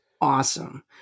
awesome